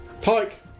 Pike